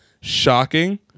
shocking